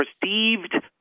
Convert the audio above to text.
perceived